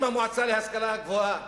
אם המועצה להשכלה גבוהה,